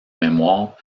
mémoire